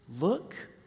look